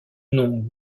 nom